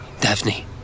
Daphne